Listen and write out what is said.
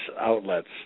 outlets